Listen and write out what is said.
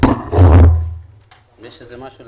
תודה גם לכל מי שהעלה את הנושא,